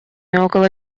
около